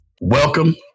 Welcome